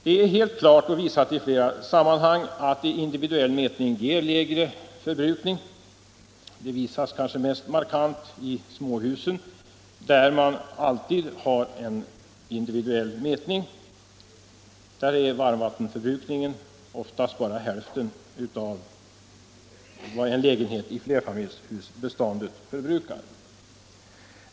Det är alldeles klart och visat i flera sammanhang att individuell mätning ger lägre förbrukning. Det visas kanske mest markant i småhusen, där man alltid har en individuell mätning. Där är varmvattenförbrukningen ofta bara hälften av vad en lägenhet i flerfamiljshusbeståndet förbrukar.